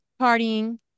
partying